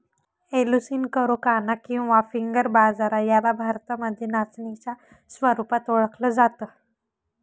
Eleusine coracana किंवा finger बाजरा याला भारतामध्ये नाचणीच्या स्वरूपात ओळखल जात